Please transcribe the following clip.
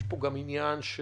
יש פה גם עניין של